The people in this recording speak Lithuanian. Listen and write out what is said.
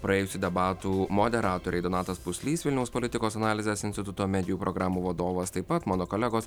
praėjusių debatų moderatoriai donatas puslys vilniaus politikos analizės instituto medijų programų vadovas taip pat mano kolegos